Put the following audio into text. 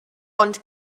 ond